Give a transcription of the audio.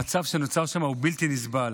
המצב שנוצר שם הוא בלתי נסבל.